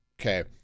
okay